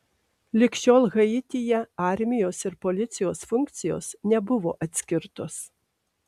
lig šiol haityje armijos ir policijos funkcijos nebuvo atskirtos